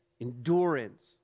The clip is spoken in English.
endurance